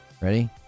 Ready